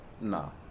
no